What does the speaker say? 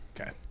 Okay